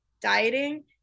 dieting